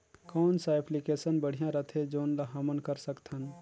कौन सा एप्लिकेशन बढ़िया रथे जोन ल हमन कर सकथन?